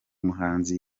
muhanzi